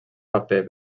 paper